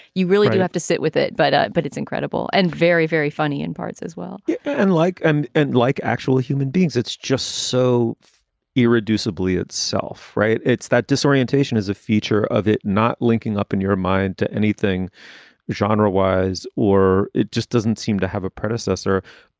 you really do have to sit with it. but. but it's incredible and very, very funny in parts as well yeah and like and and like actual human beings. it's just so irreducibly itself. right? it's that disorientation is a feature of it, not linking up in your mind to anything genre wise or it just doesn't seem to have a predecessor.